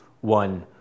one